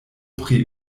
pri